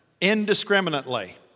indiscriminately